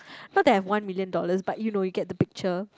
not that I have one million dollars but you know you get the picture